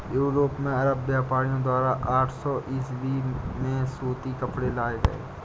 Europe में अरब व्यापारियों द्वारा आठ सौ ईसवी में सूती कपड़े लाए गए